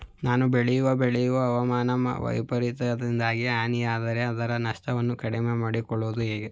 ನಾನು ಬೆಳೆಯುವ ಬೆಳೆಯು ಹವಾಮಾನ ವೈಫರಿತ್ಯದಿಂದಾಗಿ ಹಾನಿಯಾದರೆ ಅದರ ನಷ್ಟವನ್ನು ಕಡಿಮೆ ಮಾಡಿಕೊಳ್ಳುವುದು ಹೇಗೆ?